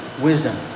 wisdom